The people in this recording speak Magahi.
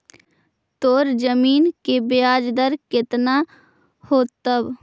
तोर जमीन के ब्याज दर केतना होतवऽ?